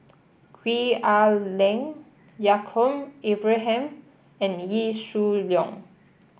Gwee Ah Leng Yaacob Ibrahim and Wee Shoo Leong